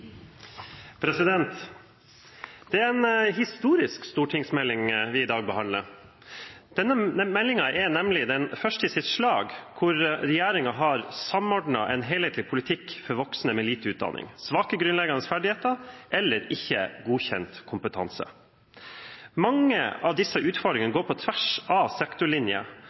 området. Det er en historisk stortingsmelding vi i dag behandler. Denne meldingen er nemlig den første i sitt slag hvor regjeringen har samordnet en helhetlig politikk for voksne med lite utdanning, svake grunnleggende ferdigheter eller ikke godkjent kompetanse. Mange av disse utfordringene går på tvers av